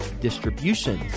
distribution